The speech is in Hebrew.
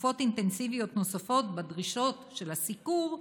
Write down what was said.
תקופות אינטנסיביות נוספות בדרישות הסיקור,